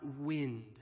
wind